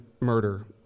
murder